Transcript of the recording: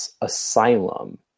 Asylum